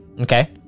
Okay